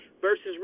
versus